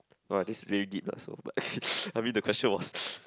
!wah! this really deep lah so but I mean the question was